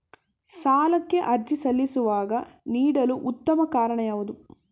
ಸಾಲಕ್ಕೆ ಅರ್ಜಿ ಸಲ್ಲಿಸುವಾಗ ನೀಡಲು ಉತ್ತಮ ಕಾರಣ ಯಾವುದು?